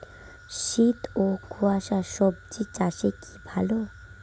শীত ও কুয়াশা স্বজি চাষে কি ভালো?